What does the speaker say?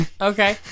okay